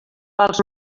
pels